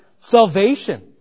salvation